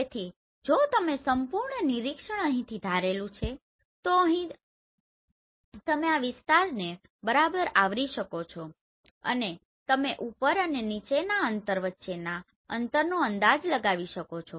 તેથી જો તમે સંપૂર્ણ નિરીક્ષણ અહીંથી ધારેલુ છે તો અહીં અને અહી તમે આ વિસ્તારને બરાબર આવરી શકો છો અને તમે ઉપર અને નીચેના અંતર વચ્ચેના અંતરનો અંદાજ લગાવી શકો છો